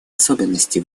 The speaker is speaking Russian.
особенности